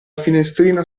finestrino